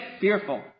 fearful